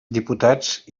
diputats